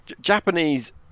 japanese